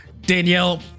danielle